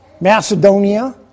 Macedonia